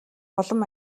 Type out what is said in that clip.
улам